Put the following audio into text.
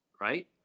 right